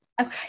okay